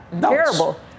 terrible